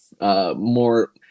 more –